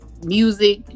music